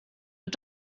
but